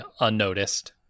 unnoticed